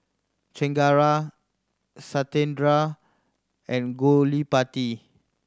Chengara Satyendra and Gottipati